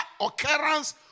occurrence